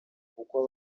kuko